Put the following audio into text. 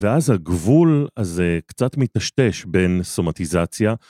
ואז הגבול הזה קצת מתשתש בין סומטיזציה.